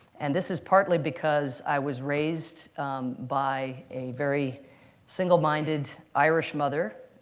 and this is partly because i was raised by a very single-minded irish mother,